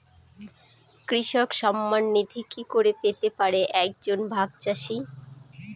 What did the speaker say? কৃষক সন্মান নিধি কি করে পেতে পারে এক জন ভাগ চাষি?